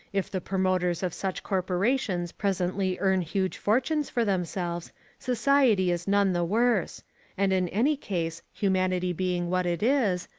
if the promoters of such corporations presently earn huge fortunes for themselves society is none the worse and in any case, humanity being what it is,